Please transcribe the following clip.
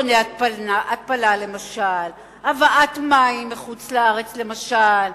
מכוני התפלה למשל, הבאת מים מחוץ-לארץ למשל.